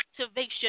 activation